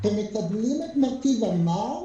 הם מקבלים את מרכיב המע"מ,